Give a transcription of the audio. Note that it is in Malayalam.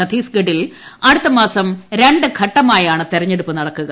ഛത്തീസ്ഗഡിൽ അടുത്തമാസം രണ്ട് ഘട്ടമായാണ് തെരഞ്ഞെടുപ്പ് നടക്കുക